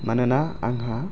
मानोना आंहा